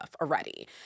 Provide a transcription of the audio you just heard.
already